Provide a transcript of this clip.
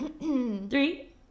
Three